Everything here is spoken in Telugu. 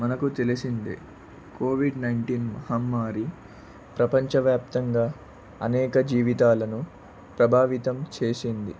మనకు తెలిసిందే కోవిడ్ నైన్టీన్ మహమ్మారి ప్రపంచవ్యాప్తంగా అనేక జీవితాలను ప్రభావితం చేసింది